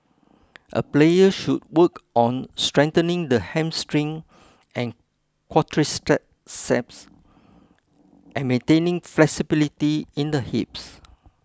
a player should work on strengthening the hamstring and quadriceps and maintaining flexibility in the hips